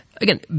Again